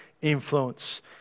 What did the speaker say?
influence